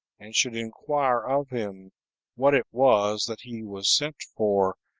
and should inquire of him what it was that he was sent for,